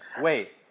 Wait